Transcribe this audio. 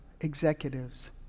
executives